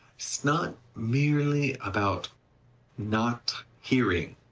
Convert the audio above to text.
not merely about not hearing,